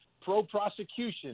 pro-prosecution